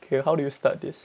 okay how do you start this